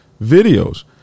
videos